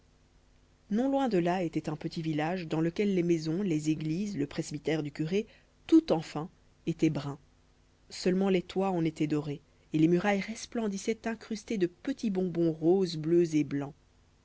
non loin de là était un petit village dans lequel les maisons les églises le presbytère du curé tout enfin était brun seulement les toits en étaient dorés et les murailles resplendissaient incrustées de petits bonbons roses bleus et blancs